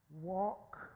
Walk